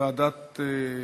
לוועדת התרבות,